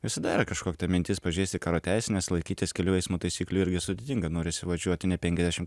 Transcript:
visada yra kažkokia tai mintis pažeisti karo teisę nes laikytis kelių eismo taisyklių irgi sudėtinga norisi važiuoti ne penkiasdešim